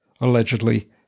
allegedly